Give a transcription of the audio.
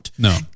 No